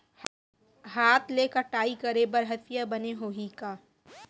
हाथ ले कटाई करे बर हसिया बने होही का?